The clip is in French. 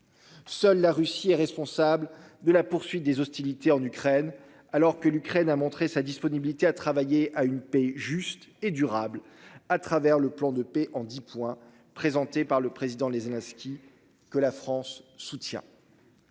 Seule la Russie est responsable de la poursuite des hostilités en Ukraine, alors que l'Ukraine a montré sa disponibilité à travailler à une paix juste et durable à travers le plan de paix en 10 points présenté par le président les Zelensky que la France soutient.